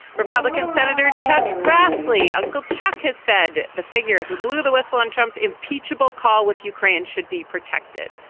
republican senator chuck grassley uncle chuck has said the figure who blew the whistle on trump's impeachable call with ukraine should be protected.